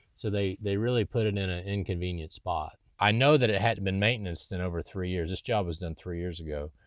so they they really put it in an ah inconvenient spot. i know that it hadn't been maintenanced in over three years. this job was done three years ago.